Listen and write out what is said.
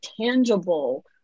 tangible